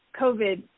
COVID